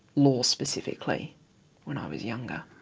law specifically when i was younger,